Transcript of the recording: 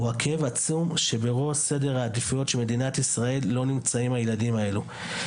הכאב עצום שבראש סדר העדיפויות של מדינת ישראל לא נמצאים הילדים האלו.